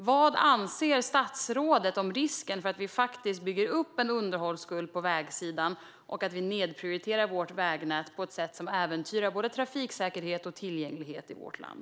Vad anser statsrådet om risken för att vi bygger upp en underhållsskuld på vägsidan och nedprioriterar vårt vägnät på ett sätt som äventyrar både trafiksäkerhet och tillgänglighet i vårt land?